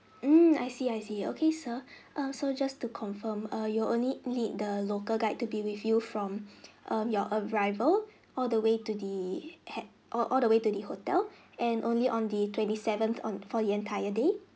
mm I see I see okay sir err so just to confirm err you'll only need the local guide to be with you from um your arrival all the way to the head all all the way to the hotel and only on the twenty seventh on for the entire day